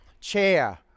chair